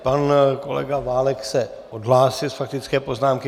Pan kolega Válek se odhlásil z faktické poznámky.